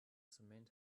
cement